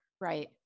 Right